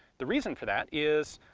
the reason for that is.